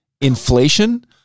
inflation